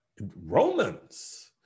Romans